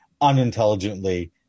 unintelligently